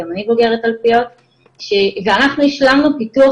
גם אני בוגרת תלפיות ואנחנו השלמנו פיתוח